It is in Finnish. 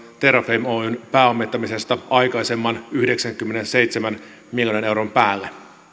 terrafame oyn pääomittamisesta aikaisemman yhdeksänkymmenenseitsemän miljoonan euron päälle